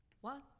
One